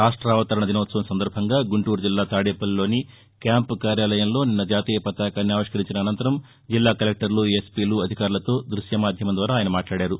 రాష్ట్వివతరణ దినోత్సవం సందర్బంగా గుంటూరు జిల్లా తాదేపల్లిలోని క్యాంప్ కార్యాలయంలో నిన్న జాతీయ పతాకాన్ని ఆవిష్కరించిన అనంతరం జిల్లా కలెక్టర్లు ఎస్పీలు అధికారులతో దృశ్యమాద్యమం ద్వారా ఆయన మాట్లాడారు